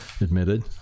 admitted